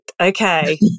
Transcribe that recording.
Okay